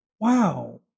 Wow